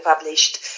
published